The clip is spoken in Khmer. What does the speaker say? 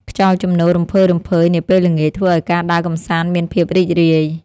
ខ្យល់ជំនោររំភើយៗនាពេលល្ងាច ធ្វើឱ្យការដើរកម្សាន្តមានភាពរីករាយ។